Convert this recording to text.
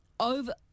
Over